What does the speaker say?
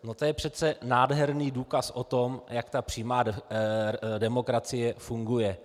No to je přece nádherný důkaz o tom, jak ta přímá demokracie funguje.